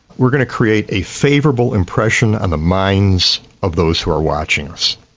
we're going to create a favourable impression on the minds of those who are watching us.